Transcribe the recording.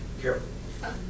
careful